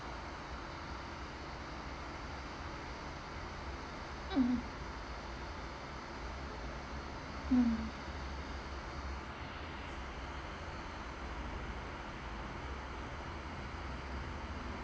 mm mm